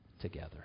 together